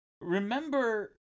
remember